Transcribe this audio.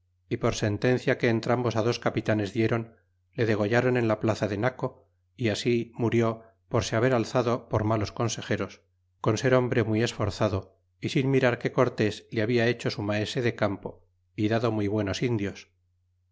y por sentencia que entrambos dos capitanes diéron le degolláron en la plaza de naco y ansi murió por se haber alzado por malos consejeros con ser hombre muy esforzado e sin mirar que cortés le habla hecho su maese de campo y dado muy buenos indios